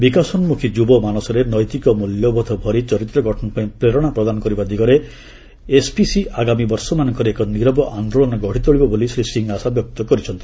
ବିକାଶୋନ୍ଦୁଖୀ ଯୁବ ମାନସରେ ନୈତିକ ମୂଲ୍ୟବୋଧ ଭରି ଚରତ୍ର ଗଠନ ପାଇଁ ପ୍ରେରଣା ପ୍ରଦାନ କରିବା ଦିଗରେ ଏସ୍ପିସି ଆଗାମୀ ବର୍ଷମାନଙ୍କରେ ଏକ ନିରବ ଆନ୍ଦୋଳନ ଗଢ଼ି ତୋଳିବ ବୋଲି ଶ୍ରୀ ସିଂ ଆଶାବ୍ୟକ୍ତ କରିଛନ୍ତି